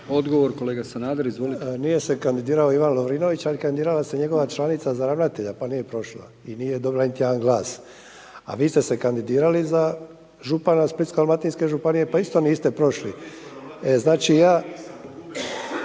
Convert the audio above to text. Izvolite. **Sanader, Ante (HDZ)** Nije se kandidirao Ivan Lovrinović ali kandidirala se njegova članica za ravnatelja pa nije prošla i nije dobila niti jedan glas. A vi ste se kandidirali za župana Splitsko-dalmatinske županije pa isto niste prošli. /….upadica